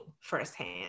firsthand